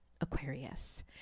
Aquarius